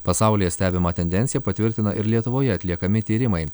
pasaulyje stebimą tendenciją patvirtina ir lietuvoje atliekami tyrimai